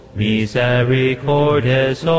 misericordes